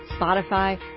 Spotify